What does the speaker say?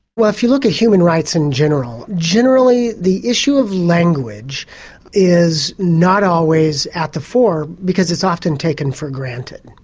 well if you look at human rights in general, generally the issue of language is not always at the fore, because it's often taken for granted.